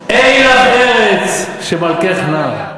"אי לך ארץ שמלכך נער"